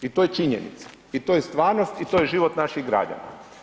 I to je činjenica i to je stvarnost i to je život naših građana.